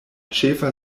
ĉefa